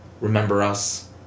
remember-us